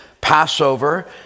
Passover